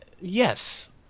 yes